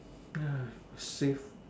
ha will save